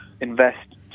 invest